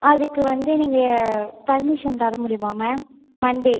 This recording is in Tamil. அதுக்கு வந்து நீங்கள் பர்மிஷன் தர முடியுமா மேம் மன்டே